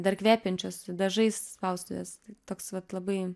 dar kvepiančios dažais spaustuvės toks vat labai